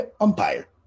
umpire